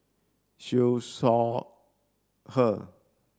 Siew Shaw Her